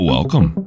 Welcome